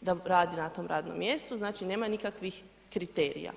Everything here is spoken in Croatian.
da radi na tom radnom mjestu, znači nema nikakvih kriterija.